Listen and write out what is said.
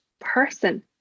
person